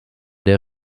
der